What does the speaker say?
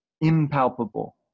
impalpable